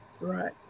Right